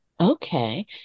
Okay